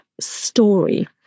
story